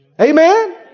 Amen